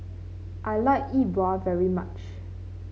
I like Yi Bua very much